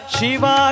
Shiva